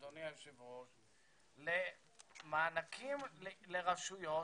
אדוני היושב ראש, למענקים לרשויות